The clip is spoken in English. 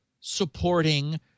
supporting